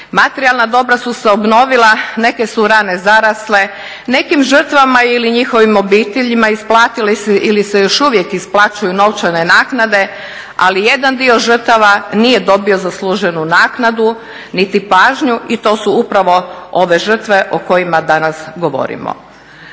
Materijalna dobra su se obnovila, neke su rane zarasle, nekim žrtvama ili njihovim obiteljima isplatile su se ili se još uvijek isplaćuju novčane naknade, ali jedan dio žrtava nije dobio zasluženu naknadu niti pažnju i to su upravo ove žrtve o kojima danas govorimo.